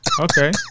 Okay